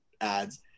ads